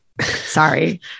sorry